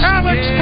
Alex